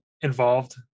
involved